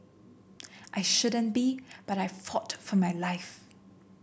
I shouldn't be but I fought for my life